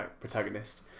protagonist